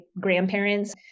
grandparents